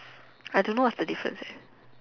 I don't know what's the difference eh